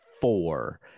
four